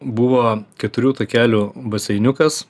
buvo keturių takelių baseiniukas